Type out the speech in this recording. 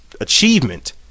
achievement